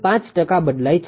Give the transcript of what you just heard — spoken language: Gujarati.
5 ટકા બદલાય છે